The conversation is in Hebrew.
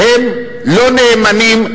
הם לא נאמנים,